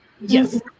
Yes